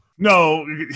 No